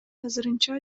азырынча